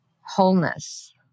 wholeness